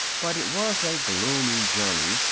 but it was a gloomy journey,